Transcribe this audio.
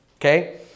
Okay